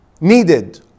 needed